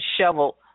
shovel